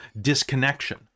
disconnection